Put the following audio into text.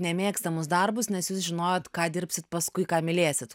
nemėgstamus darbus nes jūs žinojot ką dirbsit paskui ką mylėsit